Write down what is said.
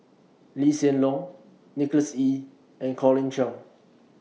Lee Hsien Loong Nicholas Ee and Colin Cheong